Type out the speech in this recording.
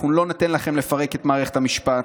אנחנו לא ניתן לכם לפרק את מערכת המשפט,